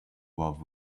love